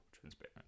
transparent